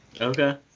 Okay